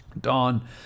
Dawn